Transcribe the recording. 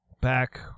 back